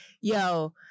Yo